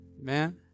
Man